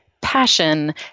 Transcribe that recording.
passion